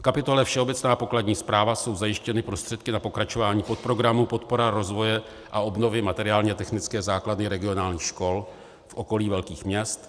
V kapitole všeobecná pokladní správa jsou zajištěny prostředky na pokračování podprogramu Podpora rozvoje a obnovy materiálně technické základny regionálních škol v okolí velkých měst.